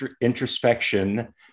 introspection